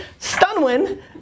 Stunwin